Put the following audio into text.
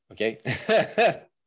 okay